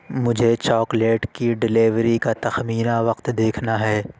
مجھے چاکلیٹ کی ڈیلیوری کا تخمینہ وقت دیکھنا ہے